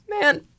Man